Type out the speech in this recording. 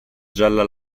gialla